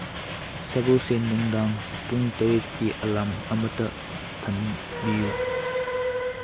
ꯁꯒꯣꯜꯁꯦꯟ ꯅꯨꯡꯗꯥꯡ ꯄꯨꯡ ꯇꯔꯦꯠꯀꯤ ꯑꯂꯥꯝ ꯑꯃꯠꯇ ꯊꯝꯕꯤꯌꯨ